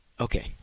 Okay